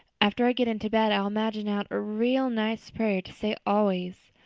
after i get into bed i'll imagine out a real nice prayer to say always.